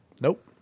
Nope